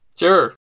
Sure